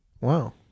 Wow